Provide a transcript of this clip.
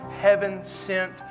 heaven-sent